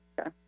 Okay